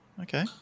Okay